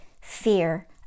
fear